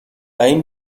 این